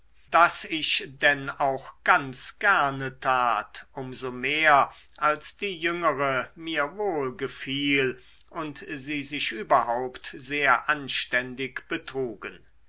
das ich denn auch ganz gerne tat um so mehr als die jüngere mir wohl gefiel und sie sich überhaupt sehr anständig betrugen